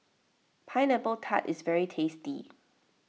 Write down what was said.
Pineapple Tart is very tasty